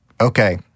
okay